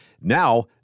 Now